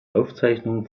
aufzeichnung